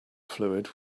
fluid